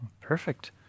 Perfect